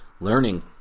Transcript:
learning